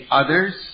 others